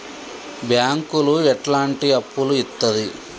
బ్యాంకులు ఎట్లాంటి అప్పులు ఇత్తది?